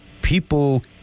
People